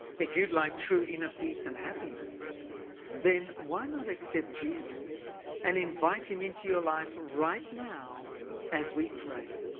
if you'd like true inner peace and happiness then why not accept jesus and invite him into your life right now as we pray.